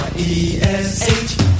E-S-H